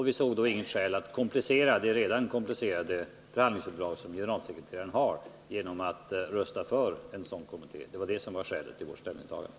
Vi såg då inget skäl att komplicera generalsekreterarens redan komplicerade förhandlingsunderlag genom att rösta för en sådan kommitté. Det var det som var skälet till vårt ställningstagande.